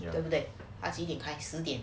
对不对 !huh! 几点开十点